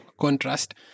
Contrast